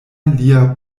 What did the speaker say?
lia